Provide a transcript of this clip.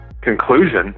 conclusion